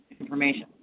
information